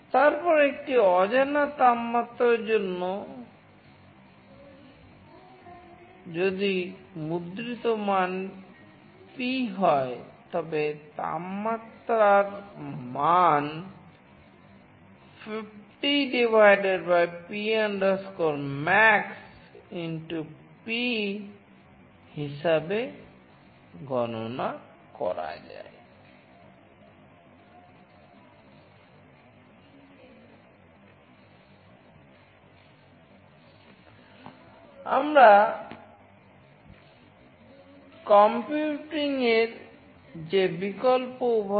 তারপরে একটি অজানা তাপমাত্রার জন্য যদি মুদ্রিত মান P হয় তবে তাপমাত্রার মান 50 P max P হিসাবে গণনা করা যায়